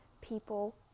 people